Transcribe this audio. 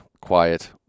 quiet